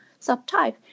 subtype